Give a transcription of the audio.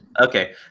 Okay